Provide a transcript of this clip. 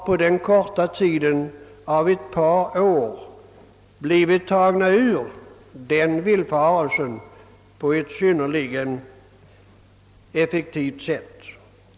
På den korta tiden av ett par år har vi blivit tagna ur denna villfarelse på ett synnerligen effektivt sätt.